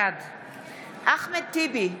בעד אחמד טיבי,